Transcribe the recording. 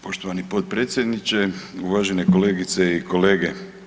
Poštovani potpredsjedniče, uvažene kolegice i kolege.